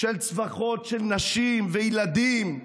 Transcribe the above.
של צווחות של נשים וילדים.